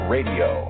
Radio